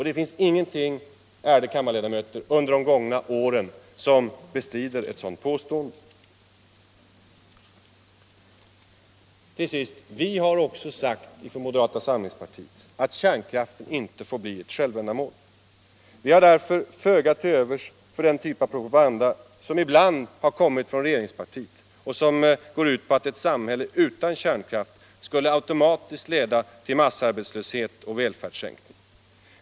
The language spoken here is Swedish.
Det finns ingenting, ärade kammarledamöter, som inträffat under det gångna året som bestrider ett sådant påstående. Till sist: Vi har också sagt från moderata samlingspartiet att kärnkraften inte får bli ett självändamål. Vi har därför föga till övers för den typ av propaganda som ibland har kommit från regeringspartiet och som går ut på att ett samhälle utan kärnkraft automatiskt skulle leda till massarbetslöshet och välfärdssänkning.